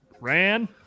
ran